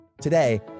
Today